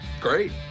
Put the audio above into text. Great